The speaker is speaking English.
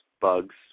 Bugs